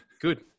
Good